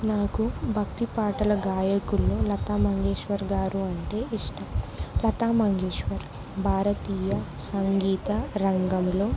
నాకు భక్తి పాటల గాయకుల్లో లతా మంగేశ్వర్ గారు అంటే ఇష్టం లతా మంగేశ్వర్ భారతీయ సంగీత రంగంలో